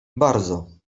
bardzo